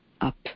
up